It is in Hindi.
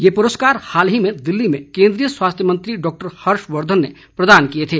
यह पुरस्कार हाल ही में दिल्ली में केन्द्रीय स्वास्थ्य मंत्री डॉक्टर हर्षवर्धन ने प्रदान किए थे